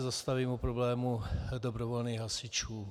Zastavím se u problému dobrovolných hasičů.